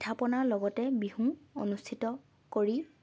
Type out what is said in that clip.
পিঠা পনাৰ লগতে বিহু অনুষ্ঠিত কৰি